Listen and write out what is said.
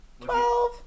Twelve